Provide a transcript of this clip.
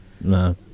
no